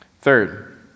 Third